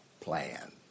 plan